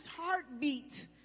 heartbeat